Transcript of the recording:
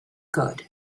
good